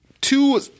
two